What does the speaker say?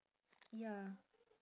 ya